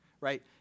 right